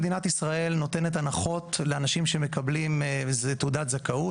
מדינת ישראל נותנת הנחות לאנשים שמקבלים תעודת זכאות,